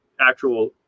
actual